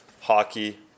hockey